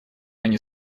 они